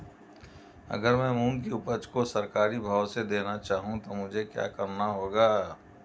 अगर मैं मूंग की उपज को सरकारी भाव से देना चाहूँ तो मुझे क्या करना होगा?